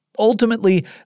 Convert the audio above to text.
Ultimately